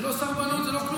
זה לא סרבנות, זה לא כלום.